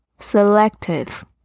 Selective